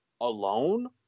alone